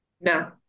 No